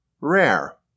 rare